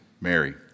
Mary